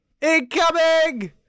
Incoming